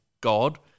God